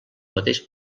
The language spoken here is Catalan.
mateix